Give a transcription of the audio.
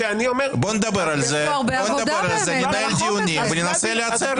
בואו נדבר על זה, ננהל דיונים וננסה לייצר.